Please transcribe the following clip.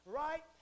right